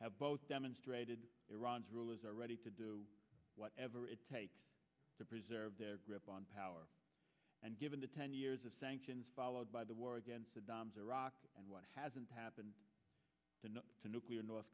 have demonstrated iran's rulers are ready to do whatever it takes to preserve their grip on power and given the ten years of sanctions followed by the war against saddam's iraq and what hasn't happened to a nuclear north